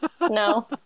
no